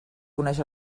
coneix